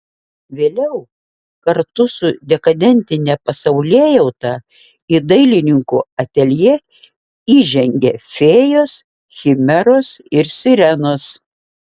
vėliau kartu su dekadentine pasaulėjauta į dailininkų ateljė įžengė fėjos chimeros ir sirenos